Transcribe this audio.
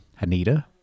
anita